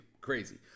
crazy